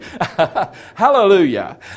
Hallelujah